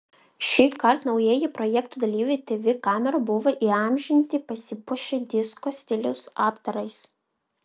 šįkart naujieji projekto dalyviai tv kamerų buvo įamžinti pasipuošę disko stiliaus apdarais